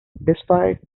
despite